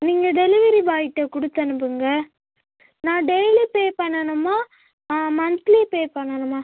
நீங்கள் டெலிவரி பாய்ட்டை கொடுத்து அனுப்புங்கள் நான் டெய்லி பே பண்ணணுமா மன்த்லி பே பண்ணணுமா